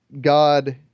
God